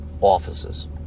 offices